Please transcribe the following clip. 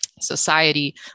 society